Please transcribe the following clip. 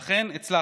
ואכן הצלחתי.